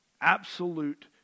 absolute